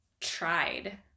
tried